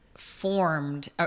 formed